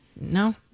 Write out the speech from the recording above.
No